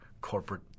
corporate